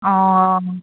অঁ